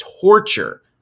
torture